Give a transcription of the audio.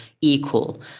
equal